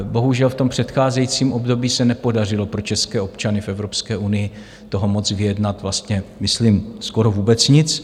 Bohužel v tom předcházejícím období se nepodařilo pro české občany v Evropské unii toho moc vyjednat, vlastně skoro vůbec nic.